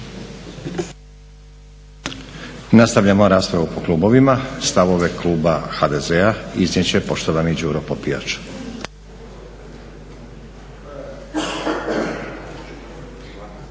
Nastavljamo raspravu po klubovima. Stavove kluba HDZ-a iznijet će poštovani Đuro Popijač.